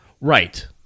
right